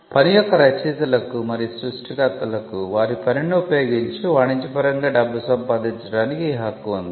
పని యొక్క రచయితలకు మరియు సృష్టికర్తలకు వారి పనిని ఉపయోగించి వాణిజ్యపరంగా డబ్బు సంపాదించడానికి ఈ హక్కు ఉంది